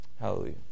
Hallelujah